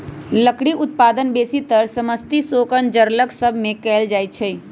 लकड़ी उत्पादन बेसीतर समशीतोष्ण जङगल सभ से कएल जाइ छइ